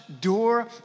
door